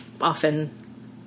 often